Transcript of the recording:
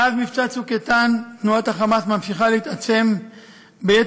מאז מבצע צוק איתן תנועת ה"חמאס" ממשיכה להתעצם ביתר